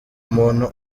umuntu